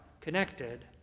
connected